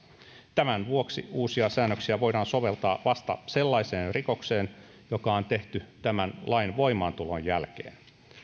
tämän vuoksi uusia säännöksiä voidaan soveltaa vasta sellaiseen rikokseen joka on tehty tämän lain voimaantulon jälkeen